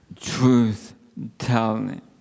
truth-telling